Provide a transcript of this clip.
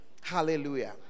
Hallelujah